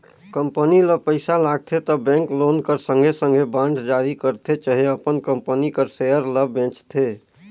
company ल पइसा लागथे त बेंक लोन कर संघे संघे बांड जारी करथे चहे अपन कंपनी कर सेयर ल बेंचथे